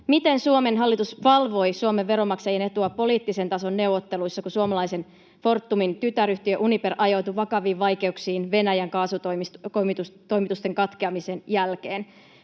miten Suomen hallitus valvoi Suomen veronmaksajien etua poliittisen tason neuvotteluissa, kun suomalaisen Fortumin tytäryhtiö Uniper ajautui vakaviin vaikeuksiin Venäjän kaasutoimitusten katkeamisen jälkeen.